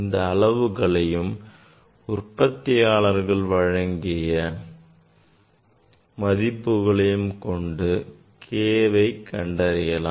இந்த அளவுகளையும் உற்பத்தியாளர் வழங்கிய மதிப்புகளையும் கொண்டு K வை கண்டறியலாம்